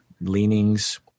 leanings